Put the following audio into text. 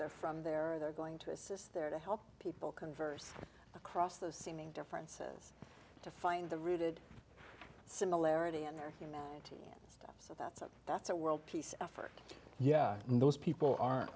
they're from there or they're going to assist there to help people converse across the seeming differences to find the rooted similarity in their humanity and stuff so that's a that's a world peace effort yeah and those people are